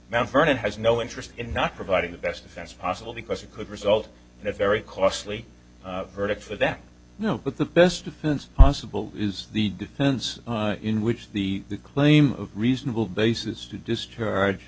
mount vernon has no interest in not providing the best if that's possible because it could result in a very costly verdict for that no but the best defense possible is the defense in which the claim of reasonable basis to discharge